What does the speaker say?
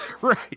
right